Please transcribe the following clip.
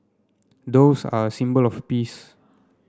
doves are a symbol of peace